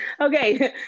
Okay